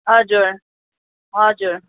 हजुर हजुर